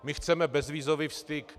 My chceme bezvízový styk.